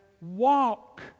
walk